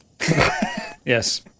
Yes